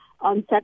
on